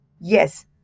Yes